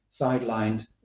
sidelined